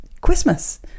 Christmas